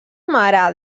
mare